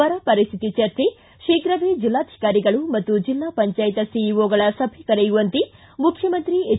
ಬರ ಪರಿಸ್ಥಿತಿ ಚರ್ಚೆ ಶೀಘವೇ ಜಿಲ್ಡಾಧಿಕಾರಿಗಳು ಮತ್ತು ಜಿಲ್ಡಾ ಪಂಜಾಯತ್ ಸಿಇಒಗಳ ಸಭೆ ಕರೆಯುವಂತೆ ಮುಖ್ಯಮಂತ್ರಿ ಎಚ್